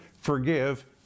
forgive